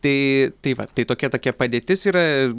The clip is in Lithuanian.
tai tai vat tai tokia tokia padėtis yra